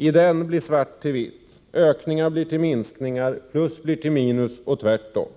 I den blir svart till vitt, ökningar till minskningar, plus till minus och tvärtom.